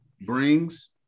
brings